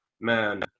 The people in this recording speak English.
man